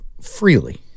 freely